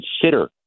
consider